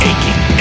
Aching